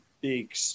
big